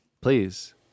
Please